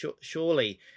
surely